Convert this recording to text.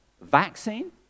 vaccine